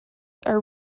are